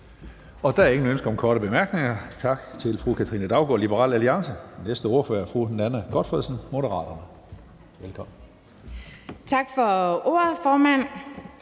Der er ingen ønsker om korte bemærkninger. Tak til fru Katrine Daugaard, Liberal Alliance. Næste ordfører er fru Nanna W. Gotfredsen, Moderaterne. Velkommen. Kl. 15:12 (Ordfører)